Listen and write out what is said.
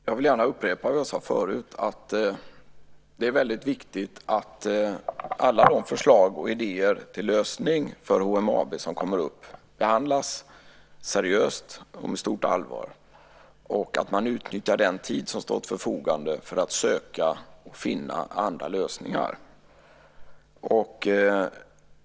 Herr talman! Jag vill gärna upprepa vad jag sade förut. Det är väldigt viktigt att alla de förslag och idéer till lösning för HMAB som kommer upp behandlas seriöst och med stort allvar och att man utnyttjar den tid som står till förfogande för att söka och finna andra lösningar.